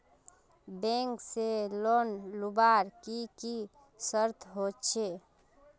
Bank से loan लुबार की की शर्त होचए?